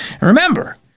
remember